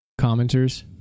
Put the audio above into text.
commenters